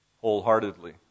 wholeheartedly